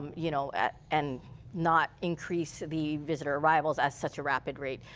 um you know and not increase the visitor arrival, that's such a rapid rate.